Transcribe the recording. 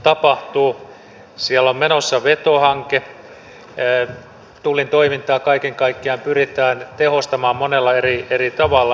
siellä on menossa veto hanke tullin toimintaa kaiken kaikkiaan pyritään tehostamaan monella eri tavalla